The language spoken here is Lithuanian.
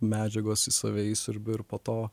medžiagos į save įsiurbiu ir po to